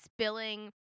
spilling